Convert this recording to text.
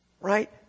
right